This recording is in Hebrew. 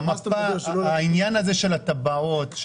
עניין הטבעות,